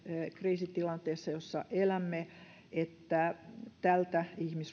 kriisitilanteessa jossa elämme että tältä ihmisryhmältä